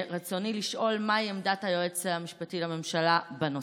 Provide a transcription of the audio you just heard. רצוני לשאול: מהי עמדת היועץ המשפטי לממשלה בנושא?